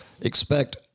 expect